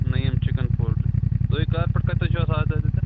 Naeem chicken poultry تُہۍ کَر پٮ۪ٹھ کَرتام چھُو آسان اَتٮ۪تھ